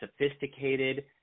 sophisticated